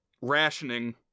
rationing